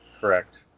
correct